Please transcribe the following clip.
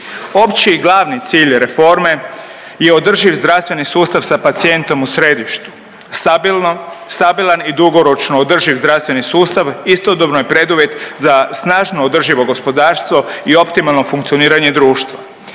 Opći i glavni cilj reforme je održiv zdravstveni sustav sa pacijentom u središtu. Stabilan i dugoročno održiv zdravstveni sustav istodobno je preduvjet za snažno održivo gospodarstvo i optimalno funkcioniranje društva.